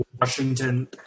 Washington –